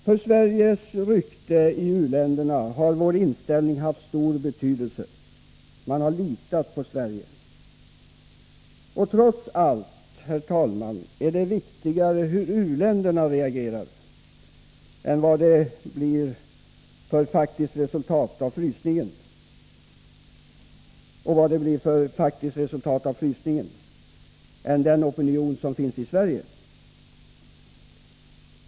För Sveriges rykte i u-länderna har vår inställning haft stor betydelse. Man har litat på Sverige. Och trots allt, herr talman, är det viktigare hur u-länderna reagerar och vad det blir för faktiskt resultat av frysningen än vad det finns för opinion i Sverige.